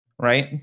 Right